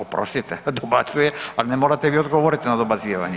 Oprostite, dobacuje, al ne morate vi odgovorit na dobacivanje.